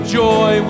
joy